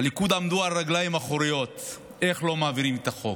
הליכוד עמדו על הרגליים האחוריות איך לא מעבירים את החוק,